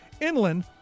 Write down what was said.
Inland